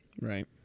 right